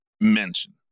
mention